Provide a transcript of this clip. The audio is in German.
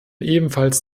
ebenfalls